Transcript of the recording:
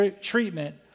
treatment